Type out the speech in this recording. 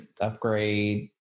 upgrade